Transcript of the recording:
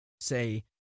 say